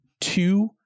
two